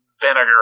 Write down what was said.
vinegar